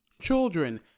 Children